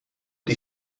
die